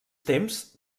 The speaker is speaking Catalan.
temps